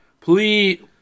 Please